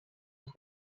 het